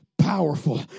powerful